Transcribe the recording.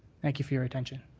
thank you for your attention.